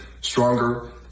stronger